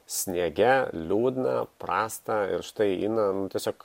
sniege liūdna prasta ir štai ina tiesiog